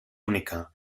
única